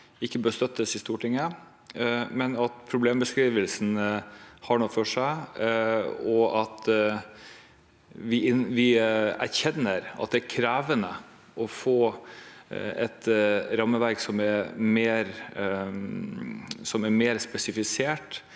ikke bør støttes i Stortinget, men at problembeskrivelsen har noe for seg, og at vi erkjenner at det er krevende å få et rammeverk som er mer spesifisert,